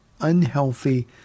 unhealthy